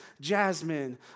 Jasmine